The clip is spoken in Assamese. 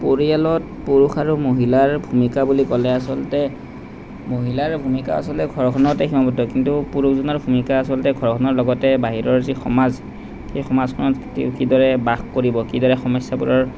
পৰিয়ালত পুৰুষ আৰু মহিলাৰ ভূমিকা বুলি ক'লে আচলতে মহিলাৰ ভূমিকা আচলতে ঘৰখনতে সীমাবদ্ধ কিন্তু পুৰুষজনৰ ভূমিকা আচলতে ঘৰখনৰ লগতে বাহিৰৰ যি সমাজ সেই সমাজখনত তেওঁ কি দৰে বাস কৰিব কি দৰে সমস্যাবোৰৰ